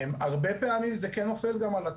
הרבה פעמים זה כן נופל גם על הטכני.